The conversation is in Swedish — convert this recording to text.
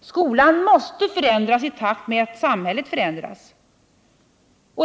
Skolan måste förändras i takt med att samhället förändras.